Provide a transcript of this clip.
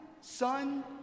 son